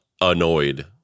annoyed